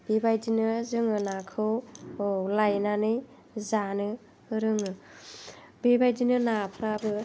बेबायदिनो जोङो नाखौ लायनानै जानो रोङो बेबायदिनो नाफ्राबो